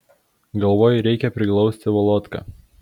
galvoju reikia priglausti volodką